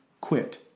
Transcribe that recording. quit